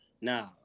now